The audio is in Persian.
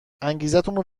انگیزتونو